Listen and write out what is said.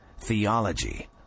Theology